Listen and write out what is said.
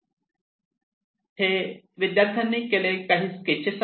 इथे हे विद्यार्थ्यांनी केलेले काही स्केचेस आहेत